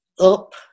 up